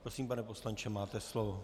Prosím, pane poslanče, máte slovo.